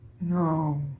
No